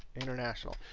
international.